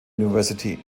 university